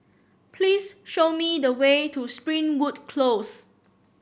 please show me the way to Springwood Close